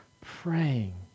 Praying